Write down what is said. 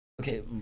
Okay